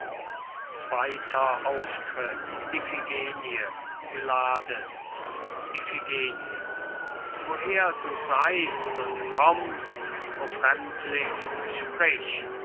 zweiter auftritt iphigenie pylades iphigenie woher du seist und kommst o fremdling sprich